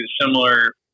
similar